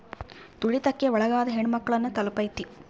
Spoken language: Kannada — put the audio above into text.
ತುಳಿತಕ್ಕೆ ಒಳಗಾದ ಹೆಣ್ಮಕ್ಳು ನ ತಲುಪೈತಿ